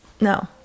no